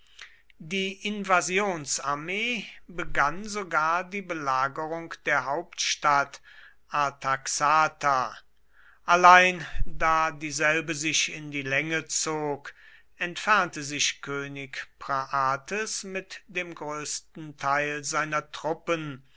die invasionsarmee begann sogar die belagerung der hauptstadt artaxata allein da dieselbe sich in die länge zog entfernte sich könig phraates mit dem größten teil seiner truppen